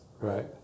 Right